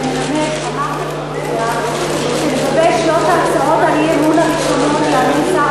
אמרת כרגע שעל שלוש הצעות האי-אמון הראשונות יענה שר